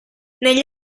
negli